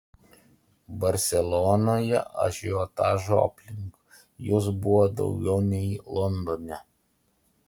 barselonoje ažiotažo aplink jus buvo daugiau nei londone